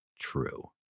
true